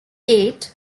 eight